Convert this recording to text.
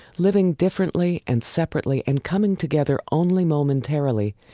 living differently and separately and coming together only momentarily,